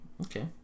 okay